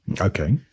Okay